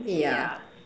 yeah